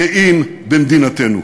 גאים במדינתנו.